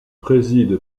préside